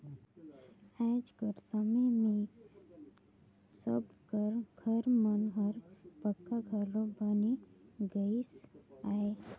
आएज कर समे मे सब कर घर मन हर पक्का घलो बने लगिस अहे